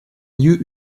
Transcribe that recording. lieu